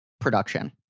production